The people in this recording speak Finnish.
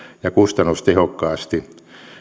ja kustannustehokkaasti